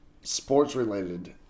sports-related